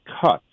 cuts